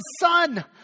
son